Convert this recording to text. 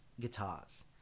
guitars